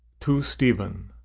to stephen.